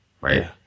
Right